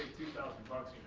two thousand bucks